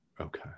okay